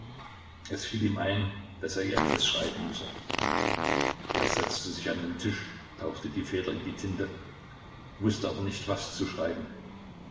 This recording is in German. es fiel ihm ein daß er ihr etwas schreiben müsse er setzte sich an den tisch tauchte die feder in die tinte wußte aber nicht was zu schreiben